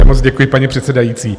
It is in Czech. Moc děkuji, paní předsedající.